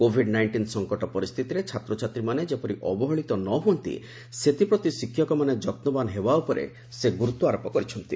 Covid nineteen ସଂକଟ ପରିସ୍ଥିତିରେ ଛାତ୍ରଛାତ୍ରୀମାନେ ଯେପରି ଅବହେଳିତ ନ ହୁଅନ୍ତି ସେଥିପ୍ରତି ଶିକ୍ଷକମାନେ ଯତ୍ନବାନ ହେବା ଉପରେ ସେ ଗୁରୁତ୍ୱାରୋପ କରିଛନ୍ତି